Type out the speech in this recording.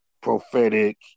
Prophetic